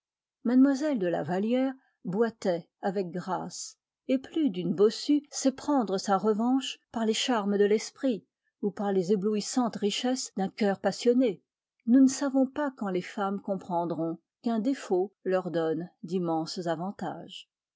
mademoiselle de la vallière boitait avec grâce et plus d'une bossue sait prendre sa revanche par les charmes de l'esprit ou par les éblouissantes richesses d'un cœur passionné nous ne savons pas quand les femmes comprendront qu'un défaut leur donne d'immenses avantages